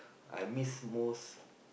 I miss most